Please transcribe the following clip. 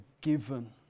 given